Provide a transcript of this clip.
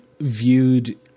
viewed